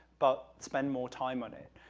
but spend more time on it,